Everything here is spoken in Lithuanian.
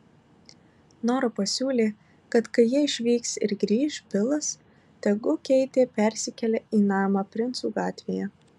nora pasiūlė kad kai jie išvyks ir grįš bilas tegu keitė persikelia į namą princų gatvėje